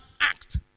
act